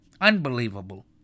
Unbelievable